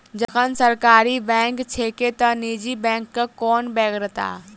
जखन सरकारी बैंक छैके त निजी बैंकक कोन बेगरता?